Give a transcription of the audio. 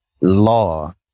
law